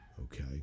Okay